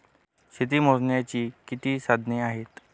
शेती मोजण्याची किती साधने आहेत?